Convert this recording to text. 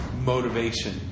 motivation